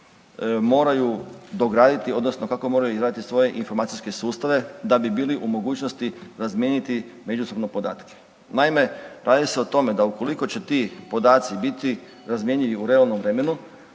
moraju dograditi odnosno kako moraju izraditi svoje informacijske sustave da bi bili u mogućnosti razmijeniti međusobno podatke. Naime, radi se o tome da ukoliko će ti podaci biti razmjenjivi u realnom vremenu